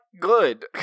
Good